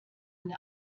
eine